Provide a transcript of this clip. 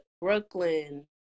Brooklyn